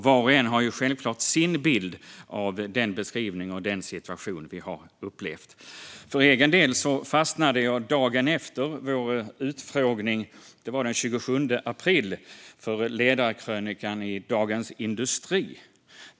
Var och en har självklart sin bild och beskrivning av den situation vi har upplevt. För egen del fastnade jag dagen efter vår utfrågning, den 27 april, för ledarkrönikan i Dagens industri.